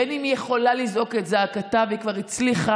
בין שהיא יכולה לזעוק את זעקתה והיא כבר הצליחה,